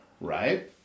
right